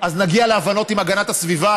אז נגיע להבנות עם הגנת הסביבה.